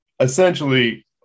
essentially